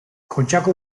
kontxako